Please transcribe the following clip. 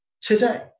Today